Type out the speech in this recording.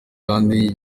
kandi